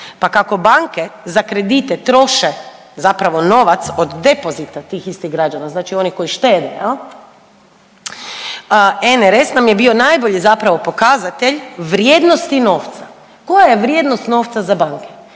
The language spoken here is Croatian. pa kako banke za kredite troše zapravo novac od depozita tih istih građana, znači oni koji štede RNS je bio najbolji zapravo pokazatelj vrijednosti novca. Koja je vrijednost novca za banke?